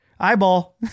Eyeball